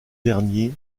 derniers